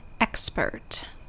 expert